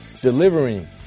delivering